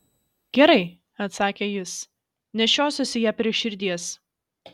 gerai atsakė jis nešiosiuosi ją prie širdies